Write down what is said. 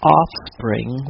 offspring